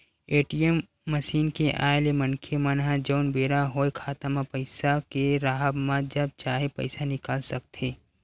ATM machine के आय ले मनखे मन ह जउन बेरा होय खाता म पइसा के राहब म जब चाहे पइसा निकाल सकथे